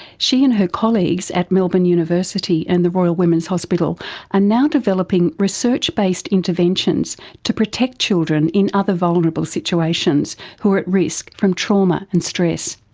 she and her colleagues at melbourne university and the royal women's hospital are and now developing research based interventions to protect children in other vulnerable situations who are at risk from trauma and stress.